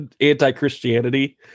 anti-Christianity